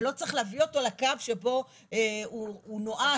ולא צריך להביא אותו לקו שבו הוא נואש,